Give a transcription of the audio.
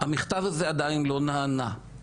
המכתב הזה עדיין לא נענה-